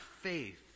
faith